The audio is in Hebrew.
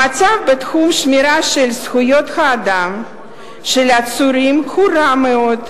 המצב בתחום של שמירת זכויות האדם של עצורים הוא רע מאוד,